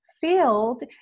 field